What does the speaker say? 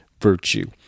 virtue